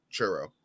churro